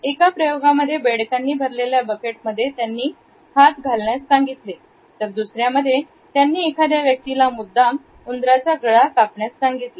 एका प्रयोगामध्ये बेडकांनी भरलेल्या बकेट मध्ये त्यांनी हात घालण्यास सांगितले तर दुसऱ्या मध्ये त्यांनी एखाद्या व्यक्तीला मुद्दाम उंदराचा गळा कापण्यास सांगितले